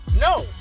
No